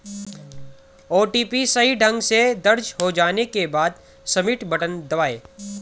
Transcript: OTP सही ढंग से दर्ज हो जाने के बाद, सबमिट बटन दबाएं